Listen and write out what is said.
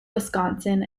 wisconsin